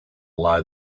lie